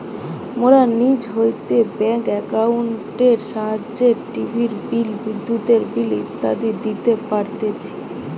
মোরা নিজ হইতে ব্যাঙ্ক একাউন্টের সাহায্যে টিভির বিল, বিদ্যুতের বিল ইত্যাদি দিতে পারতেছি